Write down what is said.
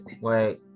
wait